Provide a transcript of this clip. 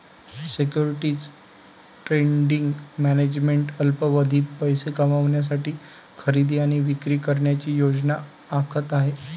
securities trading management अल्पावधीत पैसे कमविण्यासाठी खरेदी आणि विक्री करण्याची योजना आखत आहे